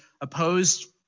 opposed